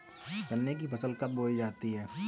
गन्ने की फसल कब बोई जाती है?